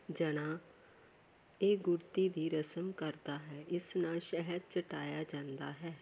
ਜਣਾ ਇਹ ਗੁੜਤੀ ਦੀ ਰਸਮ ਕਰਦਾ ਹੈ ਇਸ ਨਾਲ ਸ਼ਹਿਦ ਚਟਾਇਆ ਜਾਂਦਾ ਹੈ